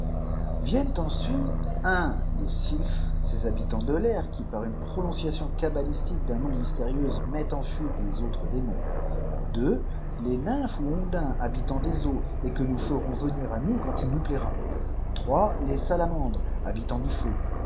viennent ensuite les sylphes ces habitants de l'air qui par une prononciation cabahstique d'un nom mystérieux mettent en fuite les autres démons de les nymphes ou ondins habitants des eaux et que nous ferons venir à nous quand il nous plaira trois les salamandres habitants du fefu